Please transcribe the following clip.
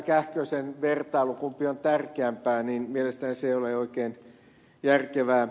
kähkösen vertailu kumpi on tärkeämpi mielestäni ei ole oikein järkevää